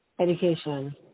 Education